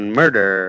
murder